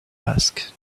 asked